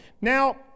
Now